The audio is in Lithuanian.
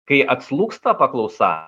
kai atslūgsta paklausa